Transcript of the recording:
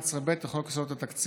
לסעיף 11(ב) לחוק יסודות התקציב,